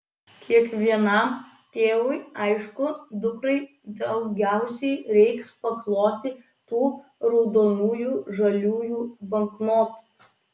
kiekvienam tėvui aišku dukrai daugiausiai reiks pakloti tų raudonųjų žaliųjų banknotų